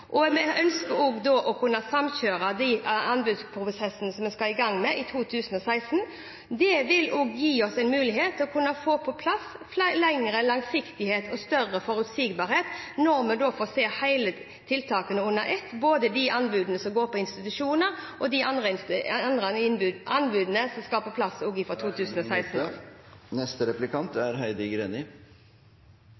gang med i 2016. Det vil gi oss en mulighet til å kunne få på plass mer langsiktighet og større forutsigbarhet når vi får se alle tiltakene under ett, både de anbudene som dreier seg om institusjoner, og de andre anbudene som skal på plass fra 2016. I